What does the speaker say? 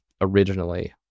originally